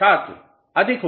छात्र अधिक